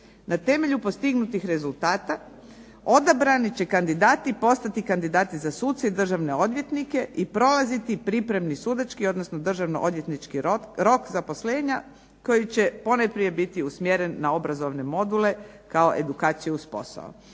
Na temelju postignutih rezultata odabrani će kandidati postati kandidati za suca i državne odvjetnike i prolaziti pripremni sudački odnosno državno odvjetnički rok zaposlenja, koji će ponajprije biti usmjeren na obrazovne module kao edukaciju uz posao"